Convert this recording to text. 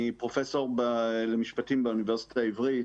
אני פרופ' למשפטים באוניברסיטה העברית.